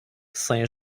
saint